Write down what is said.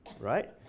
right